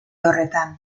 horretan